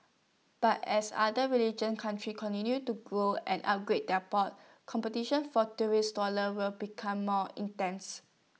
but as other religion countries continue to grow and upgrade their ports competition for tourist dollars will become more intense